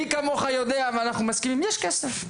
מי כמוך יודע ואנחנו מסכימים: יש כסף.